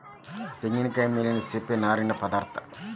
ತೆಂಗಿನಕಾಯಿಯ ಮೇಲಿನ ಸಿಪ್ಪೆಯ ನಾರಿನ ಪದಾರ್ಥ